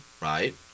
right